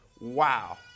wow